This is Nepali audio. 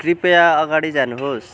कृपया अगाडि जानुहोस्